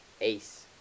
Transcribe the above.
ace